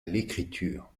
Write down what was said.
l’écriture